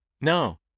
No